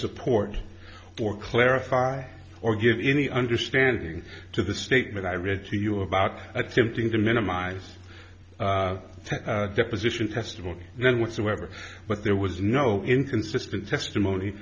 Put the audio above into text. support or clarify or give any understanding to the statement i read to you about attempting to minimize deposition testimony none whatsoever but there was no inconsistent testimony